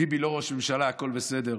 ביבי לא ראש ממשלה, הכול בסדר,